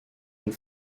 and